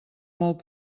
molt